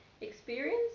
experience